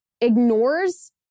ignores